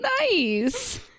nice